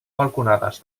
balconades